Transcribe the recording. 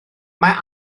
mae